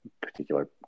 particular